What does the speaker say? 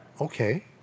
Okay